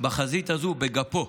הזו בגפו,